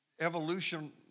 evolution